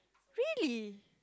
really